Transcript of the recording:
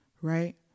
right